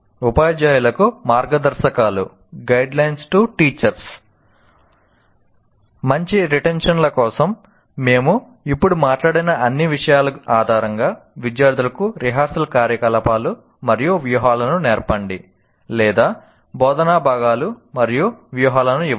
ఉపాధ్యాయులకు మార్గదర్శకాలు మంచి రిటెన్షన్ ల కోసం మేము ఇప్పుడు మాట్లాడిన అన్ని విషయాల ఆధారంగా విద్యార్థులకు రిహార్సల్ కార్యకలాపాలు మరియు వ్యూహాలను నేర్పండి లేదా బోధనా భాగాలు మరియు వ్యూహాలను ఇవ్వండి